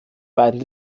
beiden